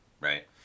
right